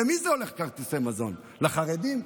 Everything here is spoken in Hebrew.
למי הולכים כרטיסי מזון, לחרדים?